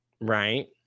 right